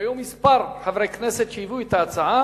היו כמה חברי כנסת שהביאו את ההצעה,